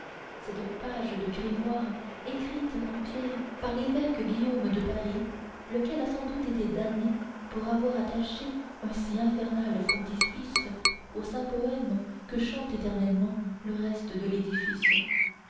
cette page de grimoire écrite en pierre par l'évêque guillaume de paris lequel a sans doute été damné pour avoir attaché un si infernal frontispice au saint poème que chante éternellement le reste de l'édifice